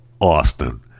Austin